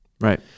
Right